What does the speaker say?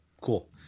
Cool